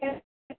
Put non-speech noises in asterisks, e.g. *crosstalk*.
*unintelligible*